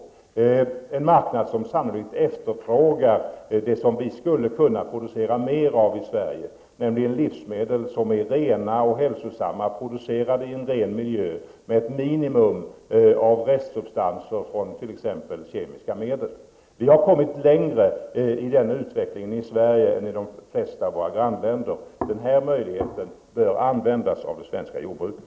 Den marknaden efterfrågar sannolikt varor som vi kan producera mer av i Sverige, nämligen rena och hälsosamma livsmedel producerade i en ren miljö och med ett minimum av restsubstanser från exempelvis kemiska medel. Utvecklingen därvidlag har kommit längre i Sverige än i de flesta av våra grannländer. Den här möjligheten bör utnyttjas av det svenska jordbruket.